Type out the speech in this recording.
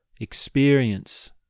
experience